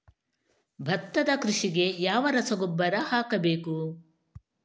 ಭತ್ತದ ಕೃಷಿಗೆ ಯಾವ ರಸಗೊಬ್ಬರ ಹಾಕಬೇಕು?